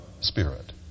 spirit